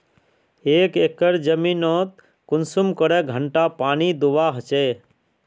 एक एकर जमीन नोत कुंसम करे घंटा पानी दुबा होचए?